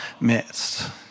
midst